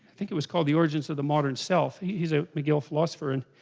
think it was called the origins of the modern self he's a mcgill philosopher and